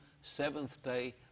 seventh-day